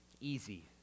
easy